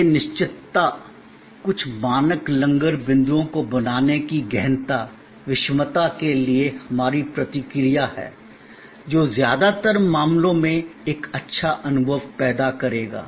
यह निश्चितता कुछ मानक लंगर बिंदुओं को बनाने की गहनता विषमता के लिए हमारी प्रतिक्रिया है जो ज्यादातर मामलों में एक अच्छा अनुभव पैदा करेगा